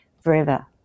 forever